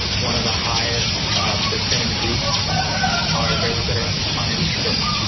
one of the highest percentage groups are those that are uninsured,